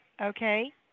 Okay